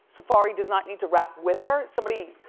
safaree does not need to rap with her. somebody